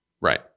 Right